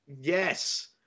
yes